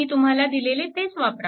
मी तुम्हाला दिलेले तेच वापरा